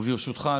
ברשותך,